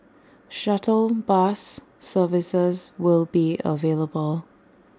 shuttle bus services will be available